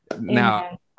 Now